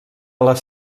les